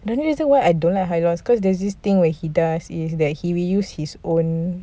I mean the reason why I don't like hylos cause there's this thing where he does is that he will use his own